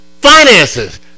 Finances